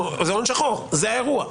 זה הון שחור, זה האירוע.